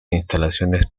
instalaciones